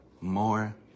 more